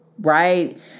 Right